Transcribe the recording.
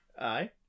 Aye